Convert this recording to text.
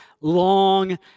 long